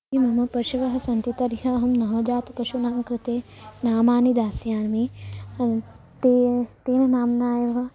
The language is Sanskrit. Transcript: ये मम पशवः सन्ति तर्हि अहं नवजातपशूनां कृते नामानि दास्यामि ते तेन नाम्ना एव